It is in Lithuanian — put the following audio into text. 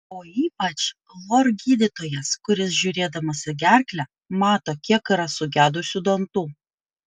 o ypač lor gydytojas kuris žiūrėdamas į gerklę mato kiek yra sugedusių dantų